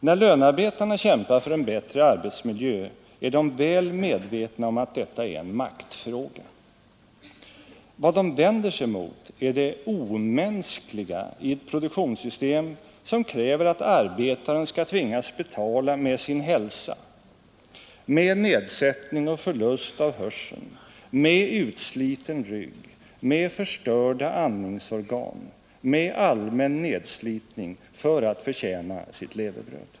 När lönarbetarna kämpar för en bättre arbetsmiljö är de väl medvetna om att detta är en maktfråga. Vad de vänder sig mot är det omänskliga i ett produktionssystem som kräver att arbetaren skall tvingas betala med sin hälsa, med nedsättning och förlust av hörseln, med utsliten rygg, med förstörda andningsorgan, med allmän nedslitning för att förtjäna sitt levebröd.